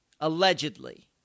Allegedly